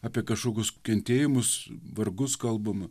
apie kažkokius kentėjimus vargus kalbama